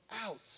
out